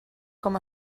com